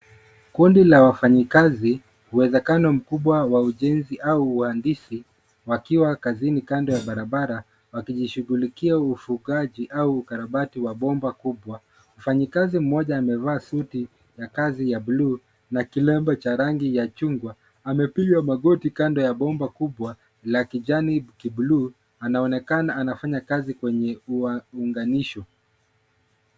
Kundi lwa wafanyikazi uwezekano mkubwa wa ujenzi au uhandisi wakiwa kazini kando ya barabara wakijishughulikia ufugaji au ukarabati wa bomba kubwa. Mfanyikazi mmoja amevaa suti ya kazi ya bluu na kilemba cha rangi ya chungwa amepiga magoti kando ya bomba kubwa la kijani kibluu anaonekana anafanya kazi kwenye uunganisho.